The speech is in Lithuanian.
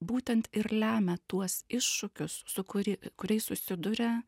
būtent ir lemia tuos iššūkius su kuri kuriais susiduria